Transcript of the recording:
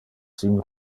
sin